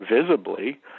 visibly